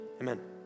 Amen